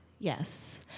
Yes